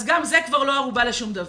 אז גם זה כבר לא ערובה לשום דבר.